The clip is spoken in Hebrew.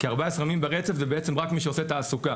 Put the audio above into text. כי 14 ימים ברצף זה בעצם רק מי שעושה תעסוקה.